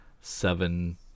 seven